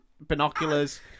binoculars